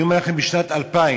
אני אומר לכם, בשנת 2000,